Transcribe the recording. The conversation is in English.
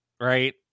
Right